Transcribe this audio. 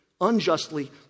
unjustly